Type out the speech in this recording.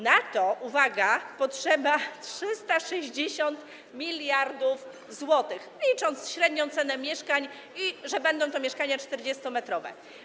Na to - uwaga - potrzeba 360 mld zł, licząc średnią cenę mieszkań i to, że będą to mieszkania 40-metrowe.